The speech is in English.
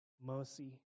mercy